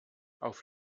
auf